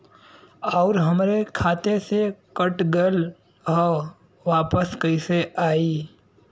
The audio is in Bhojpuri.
आऊर हमरे खाते से कट गैल ह वापस कैसे आई?